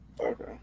Okay